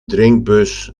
drinkbus